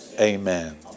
amen